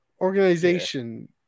organization